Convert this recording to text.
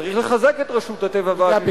צריך לחזק את רשות הטבע והגנים.